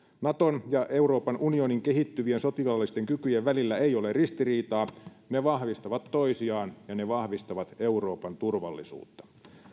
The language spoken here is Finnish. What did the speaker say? naton ja euroopan unionin kehittyvien sotilaallisten kykyjen välillä ei ole ristiriitaa ne vahvistavat toisiaan ja ne vahvistavat euroopan turvallisuutta